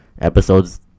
episodes